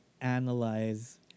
analyze